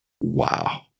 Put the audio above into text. Wow